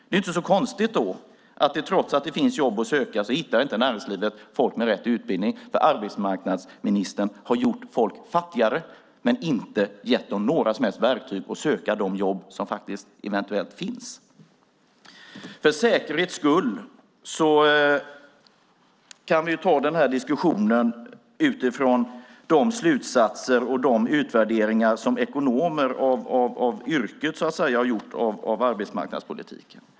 Det är inte konstigt att de, trots att det finns jobb att söka, inte hittar folk med rätt utbildning. Arbetsmarknadsministern har gjort folk fattigare men inte gett dem några som helst verktyg för att söka de jobb som eventuellt finns. För säkerhets skull kan vi ta den här diskussionen utifrån de slutsatser och de utvärderingar som ekonomer av yrket har gjort av arbetsmarknadspolitiken.